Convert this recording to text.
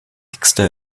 exeter